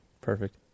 Perfect